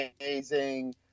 amazing